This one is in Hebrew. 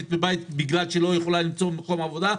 בבית בגלל שהיא לא יכולה למצוא מקום עבודה,